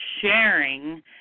sharing